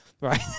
Right